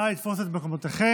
נא לתפוס את מקומותיכם.